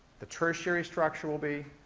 the tertiary structure will be,